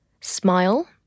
Smile